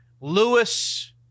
Lewis